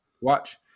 watch